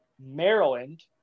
maryland